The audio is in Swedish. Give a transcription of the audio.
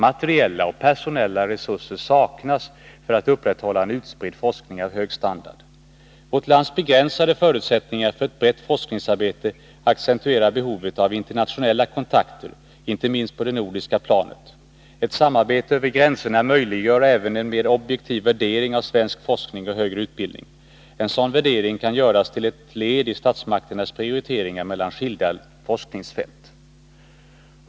Materiella och personella resurser saknas för att upprätthålla en utspridd forskning av hög standard. Vårt lands begränsade förutsättningar för ett brett forskningsarbete accentuerar behovet av internationella kontakter, inte minst på det nordiska planet. Ett samarbete över gränserna möjliggör även en mer objektiv värdering av svensk forskning och högre utbildning. En sådan värdering kan göras till ett led i statsmakternas prioritering mellan skilda forskningsfält.